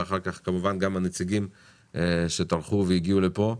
ואחר כך כמובן גם הנציגים שטרחו והגיעו לפה.